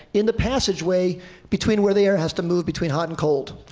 in the passageway between where the air has to move between hot and cold?